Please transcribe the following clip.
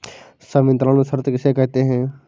संवितरण शर्त किसे कहते हैं?